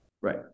Right